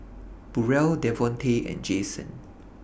Burrel Devontae and Jason